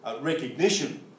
recognition